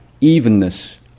evenness